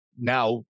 Now